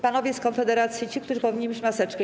Panowie z Konfederacji, ci, którzy powinni mieć maseczki.